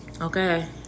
Okay